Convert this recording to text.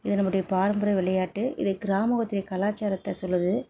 இது நம்முடைய பாரம்பரிய விளையாட்டு இதை கிராமம் பற்றிய கலாச்சாரத்தை சொல்லுது